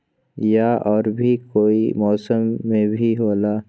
या और भी कोई मौसम मे भी होला?